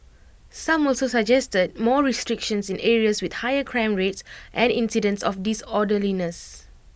some also suggested more restrictions in areas with higher crime rates and incidents of disorderliness